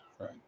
Right